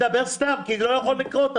זה לדבר סתם, כי זה לא יכול לקרות.